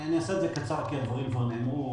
אני אעשה את זה קצר כי הדברים כבר נאמרו.